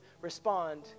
respond